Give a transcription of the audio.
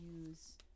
use